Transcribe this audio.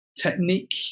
technique